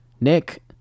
Nick